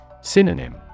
Synonym